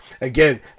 Again